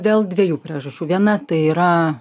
dėl dviejų priežasčių viena tai yra